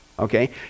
Okay